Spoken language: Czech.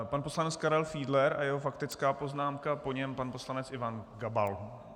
Pan poslanec Karel Fiedler a jeho faktická poznámka, po něm pan poslanec Ivan Gabal.